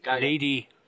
Lady